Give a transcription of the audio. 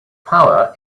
power